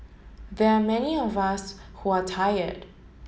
there are many of us who are tired